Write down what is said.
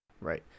Right